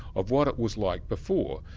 of what it was like before,